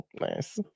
nice